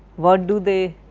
what do they,